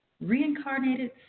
Reincarnated